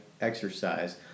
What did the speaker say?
exercise